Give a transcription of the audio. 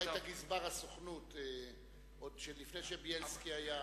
היית גזבר הסוכנות עוד לפני שבילסקי היה.